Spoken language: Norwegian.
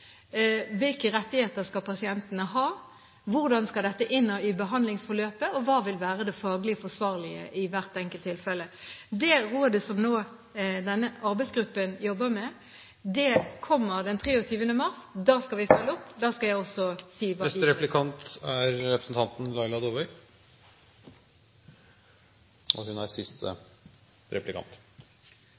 hvilke rettigheter pasientene skal ha, hvordan dette skal inn i behandlingsforløpet, og hva som vil være det faglig forsvarlige i hvert enkelt tilfelle. Det rådet som denne arbeidsgruppen nå jobber med, kommer den 23. mars. Da skal vi følge opp. Da skal jeg også si hva vi vil gjøre. Jeg er veldig glad for at det er